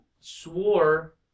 swore